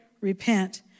repent